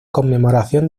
conmemoración